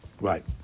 Right